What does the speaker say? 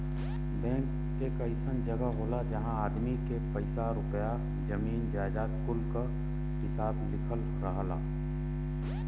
bank एक अइसन जगह होला जहां आदमी के पइसा रुपइया, जमीन जायजाद कुल क हिसाब लिखल रहला